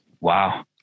Wow